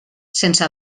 sense